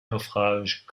naufrages